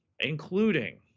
including